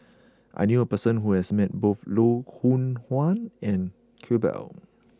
I knew a person who has met both Loh Hoong Kwan and Iqbal